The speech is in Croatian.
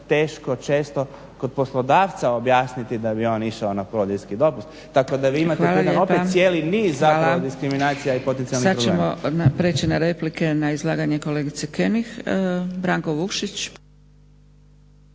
teško često kod poslodavca objasniti da bi on išao na porodiljni dopust tako da vi imate tu jedan opet cijeli niz diskriminacija i potencijalnih problema.